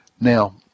Now